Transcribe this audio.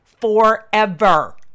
forever